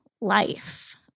life